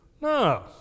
No